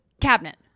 cabinet